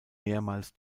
mehrmals